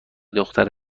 دختر